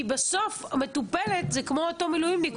כי בסוף מטופלת זה כמו אותו מילואימניק.